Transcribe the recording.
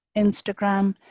instagram,